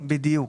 בדיוק.